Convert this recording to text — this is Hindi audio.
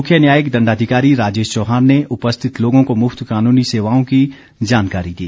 मुख्य न्यायिक दण्डाधिकारी राजेश चौहान ने उपस्थित लोगों को मुफ्त कानूनी सेवाओं की जानकारी दी